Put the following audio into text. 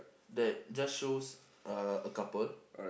that just shows uh a couple